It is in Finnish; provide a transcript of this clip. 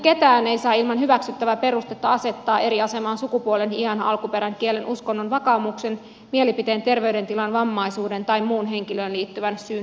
ketään ei saa ilman hyväksyttävää perustetta asettaa eri asemaan sukupuolen iän alkuperän kielen uskonnon vakaumuksen mielipiteen terveydentilan vammaisuuden tai muun henkilöön liittyvän syyn perusteella